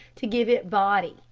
to give it body,